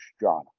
John